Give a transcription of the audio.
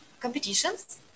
competitions